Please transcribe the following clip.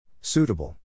Suitable